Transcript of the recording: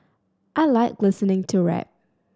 I like listening to rap